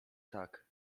tak